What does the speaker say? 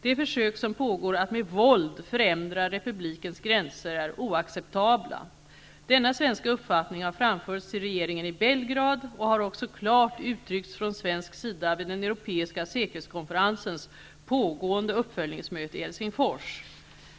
De försök som pågår att med våld förändra republikens gränser är oaccetabla. Denna svenska uppfattning har framförts till regeringen i Belgrad och har också klart uttryckts från svensk sida vid den europeiska säkerhetskonferensens pågående uppföljningsmöte i Helsingfors.